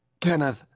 Kenneth